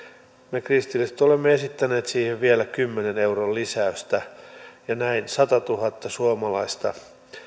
me kristilliset olemme esittäneet siihen vielä kymmenen euron lisäystä ja näin satatuhatta suomalaista